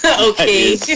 Okay